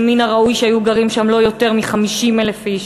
כשמן הראוי שיגורו שם לא יותר מ-50,000 איש.